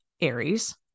Aries